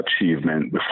achievement